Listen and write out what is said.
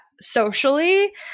socially